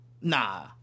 Nah